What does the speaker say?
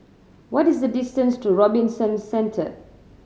what is the distance to Robinson Centre